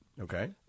Okay